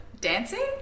dancing